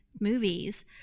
movies